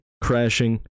crashing